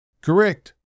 Correct